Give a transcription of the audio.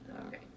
Okay